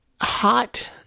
hot